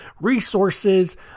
resources